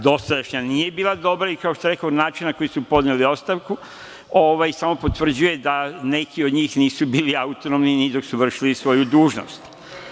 Dosadašnja nije bila dobra i kao što rekoh, na način na koji su podneli ostavku, samo potvrđuje da neki od njih nisu bili autonomni ni dok su vršili svoju dužnost.